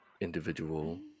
individual